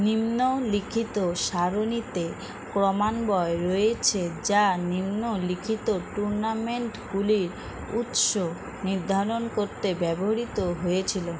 নিম্নলিখিত সারণীতে ক্রমান্বয় রয়েছে যা নিম্নলিখিত টুর্নামেন্টগুলির উৎস নির্ধারণ করতে ব্যবহৃত হয়েছিলো